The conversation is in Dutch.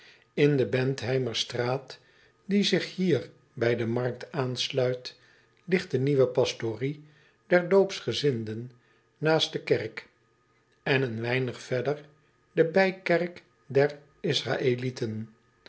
n de entheimerstraat die zich hier bij de markt aansluit ligt de nieuwe pastorie der oopsgezinden naast de kerk en een weinig verder de bijkerk der sraëheten